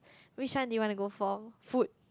which one do you want to go for food